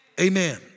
Amen